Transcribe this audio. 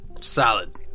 solid